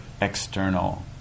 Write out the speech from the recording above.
external